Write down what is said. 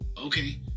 okay